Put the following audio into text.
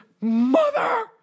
mother